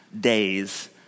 days